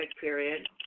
period